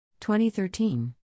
2013